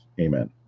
Amen